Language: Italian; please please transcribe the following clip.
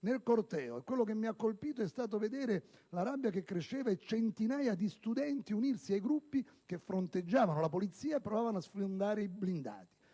nel corteo. E quello che mi ha colpito di più è stato vedere la rabbia che cresceva, e centinaia di studenti unirsi ai gruppi che fronteggiavano la polizia e provavano a sfondare i blindati.